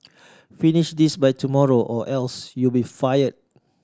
finish this by tomorrow or else you'll be fired